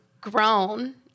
grown